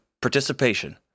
participation